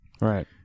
Right